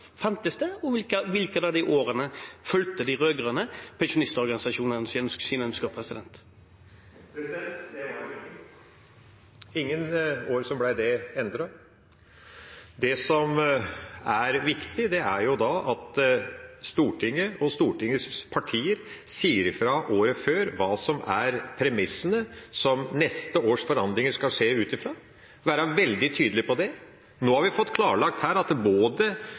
det? Hvilke av de årene fulgte de rød-grønne pensjonistorganisasjonenes ønsker? Det var ingen – det var ingen år det ble endret. Det som er viktig, er at Stortinget og Stortingets partier sier ifra året før hva som er premissene som neste års forhandlinger skal skje ut fra, og at man er veldig tydelig på det. Nå har vi fått klarlagt her at både